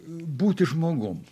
būti žmogum